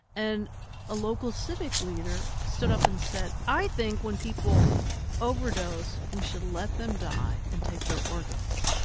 and a local civic leader stood up and said, i think when people overdose we should let them die and take their organs.